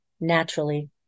naturally